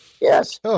Yes